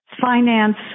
finance